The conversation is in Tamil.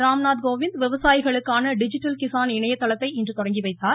ராம்நாத் கோவிந்த் விவசாயிகளுக்கான டிஜிட்டல் கிஸான் இணையதளத்தை இன்று தொடங்கிவைத்தார்